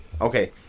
okay